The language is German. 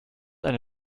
eine